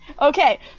Okay